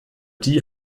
die